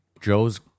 joe's